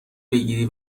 بگیری